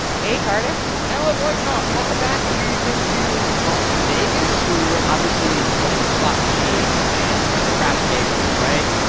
hey, cardiff pamela boykoff, welcome back. i hear you've been to las vegas, where you were obviously playing slot machines. and you were at the craps tables, right?